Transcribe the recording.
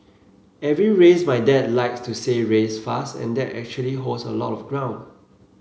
every race my dad likes to say race fast and that actually holds a lot of ground